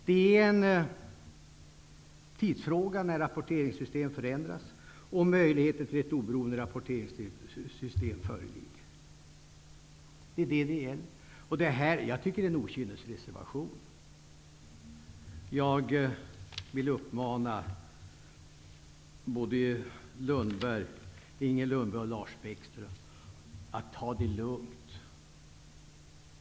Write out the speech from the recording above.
Det är en tidsfråga när rapporteringssystemet förändras och möjligheten till ett oberoende rapporteringssystem föreligger. Det är det frågan gäller. Jag tycker att det här är en okynnesreservation. Jag vill uppmana både Inger Lundberg och Lars Bäckström att ta det lugnt.